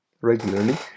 regularly